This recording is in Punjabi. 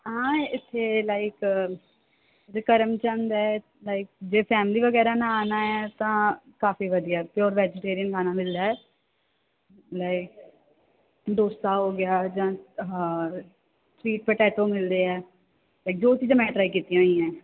ਹਾਂ ਇੱਥੇ ਲਾਈਕ ਦ ਕਰਮ ਚੰਦ ਹੈ ਜੇ ਫੈਮਲੀ ਵਗੈਰਾ ਨਾਲ ਆਉਣਾ ਹੈ ਤਾਂ ਕਾਫ਼ੀ ਵਧੀਆ ਪਿਓਰ ਵੈਜੀਟੇਰੀਅਨ ਖਾਣਾ ਮਿਲਦਾ ਹੈ ਲਾਈਕ ਡੋਸਾ ਹੋ ਗਿਆ ਜਾਂ ਆਹ ਸਵੀਟ ਪਟੈਟੋ ਮਿਲਦੇ ਹੈ ਲਾਈਕ ਜੋ ਚੀਜ਼ਾਂ ਮੈਂ ਟ੍ਰਾਈ ਕੀਤੀਆਂ ਹੋਈਆਂ